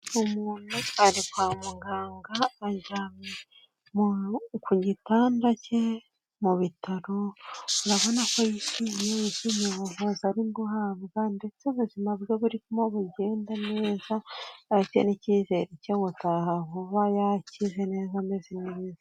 Umuntu ari kwa muganga aryamye ku gitanda cye mu bitaro, urabona ko yishimye, yishimiye ubuvuzi ari guhabwa ndetse ubuzima bwe burimo bugenda neza, agira n'icyizere cyo gutaha vuba yakize neza, ameze neza.